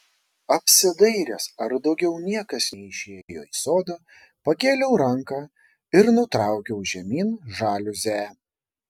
apsidairęs ar daugiau niekas neišėjo į sodą pakėliau ranką ir nutraukiau žemyn žaliuzę